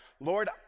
Lord